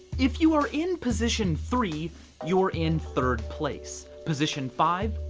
if you were in position three you're in third place. position five,